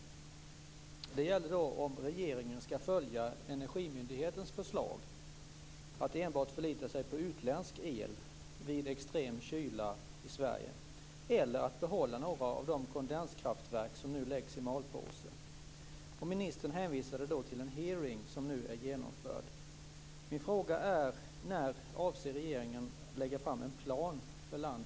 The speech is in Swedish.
Diskussionen handlade om ifall regeringen skall följa Energimyndighetens förslag, att enbart förlita sig på utländsk el vid extrem kyla i Sverige eller att behålla några av de kondenskraftverk som nu läggs i malpåse. Ministern hänvisade då till en hearing som nu är genomförd.